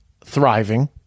thriving